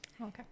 Okay